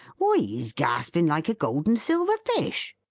why he's gasping like a gold and silver fish!